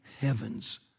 heavens